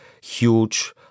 huge